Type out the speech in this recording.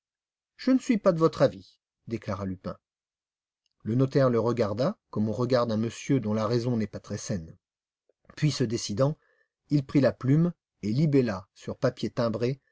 je ne suis pas de votre avis déclara lupin le notaire le regarda comme on regarde un monsieur dont la raison n'est pas très saine puis se décidant il prit la plume et libella sur papier timbré